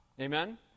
Amen